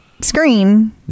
screen